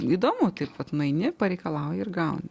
įdomu taip vat nueini pareikalauji ir gauni